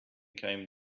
came